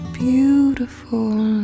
beautiful